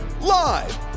Live